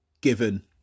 given